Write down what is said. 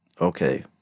Okay